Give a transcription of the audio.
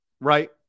right